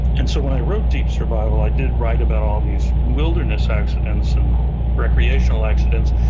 and so, when i wrote deep survival, i did write about all these wilderness accidents and recreational accidents,